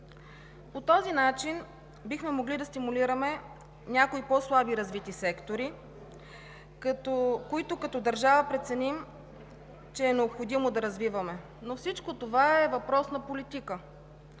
По този начин бихме могли да стимулираме някои по-слабо развити сектори, за които като държава преценим, че е необходимо да развиваме. Всичко това обаче е въпрос на политика.